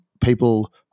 people